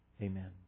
Amen